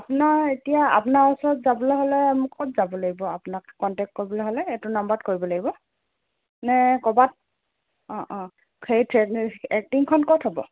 আপোনাৰ এতিয়া আপোনাৰ ওচৰত যাবলৈ হ'লে মোক ক'ত যাব লাগিব আপোনাক কণ্টেক্ট কৰিবলৈ হ'লে এইটো নাম্বত কৰিব লাগিব নে ক'বাত অঁ অঁ সেই এক্টিংখন ক'ত হ'ব